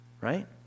right